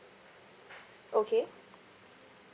okay